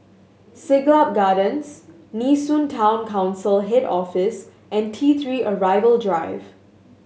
Siglap Gardens Nee Soon Town Council Head Office and T Three Arrival Drive